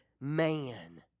man